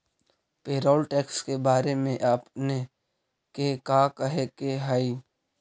Payroll tax के बारे में आपने के का कहे के हेअ?